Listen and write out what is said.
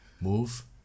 move